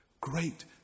Great